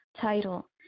title